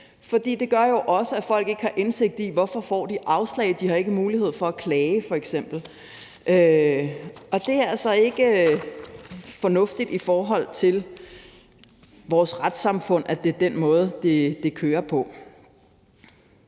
for det gør jo også, at folk ikke har indsigt i, hvorfor de får afslag, for de har f.eks. ikke mulighed for at klage, og det er altså ikke fornuftigt i forhold til vores retssamfund, at det er den måde, det kører på.